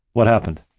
what happened?